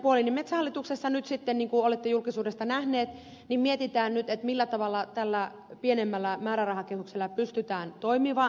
metsähallituksessa nyt sitten niin kuin olette julkisuudesta nähneet mietitään millä tavalla tällä pienemmällä määrärahakehyksellä pystytään toimimaan